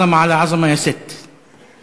(אומר דברים בשפה הערבית).